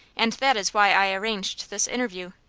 and that is why i arranged this interview.